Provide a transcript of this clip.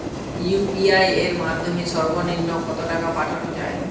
UPI এর মাধ্যমে সর্ব নিম্ন কত টাকা পাঠানো য়ায়?